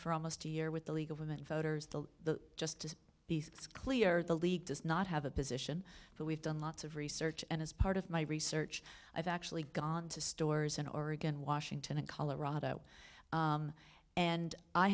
for almost a year with the league of women voters the just to be clear the league does not have a position but we've done lots of research and as part of my research i've actually gone to stores in oregon washington and colorado and i